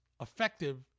effective